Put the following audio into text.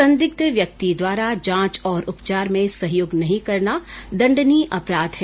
संदिग्ध व्यक्ति द्वारा जांच और उपचार में सहयोग नही करना दंडनीय अपराध है